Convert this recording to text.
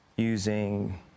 using